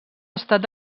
estat